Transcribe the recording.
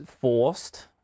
forced